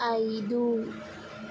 ఐదు